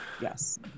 yes